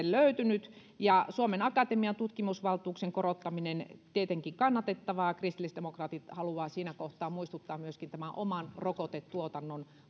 löytynyt suomen akatemian tutkimusvaltuuksien korottaminen tietenkin kannatettavaa kristillisdemokraatit haluavat siinä kohtaa muistuttaa myöskin tämän oman rokotetuotannon